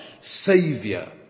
Savior